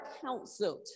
counseled